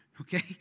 Okay